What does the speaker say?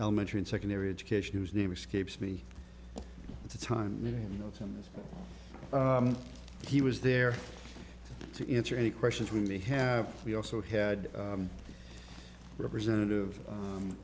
elementary and secondary education whose name escapes me at the time you know tim he was there to answer any questions we may have we also had a representative